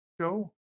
show